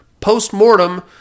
post-mortem